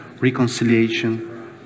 reconciliation